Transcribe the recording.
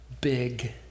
big